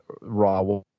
raw